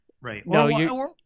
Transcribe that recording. right